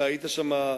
אתה היית שם,